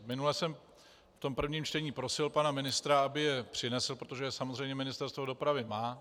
Minule jsem v tom prvním čtení prosil pana ministra, aby je přinesl, protože samozřejmě Ministerstvo dopravy je má.